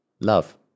love